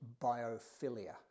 biophilia